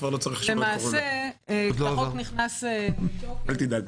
למעשה כשהחוק נכנס לתוקף,